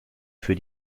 für